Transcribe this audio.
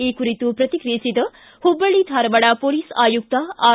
ಈ ಕುರಿತು ಪ್ರತಿಕ್ರಿಯಿಸಿದ ಹುಬ್ಬಳ್ಳಿ ಧಾರವಾಡ ಹೊಲೀಸ್ ಆಯುಕ್ತ ಆರ್